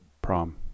Prom